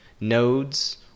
nodes